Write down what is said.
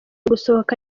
gusohoka